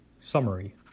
Summary